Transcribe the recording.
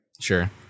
Sure